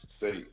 say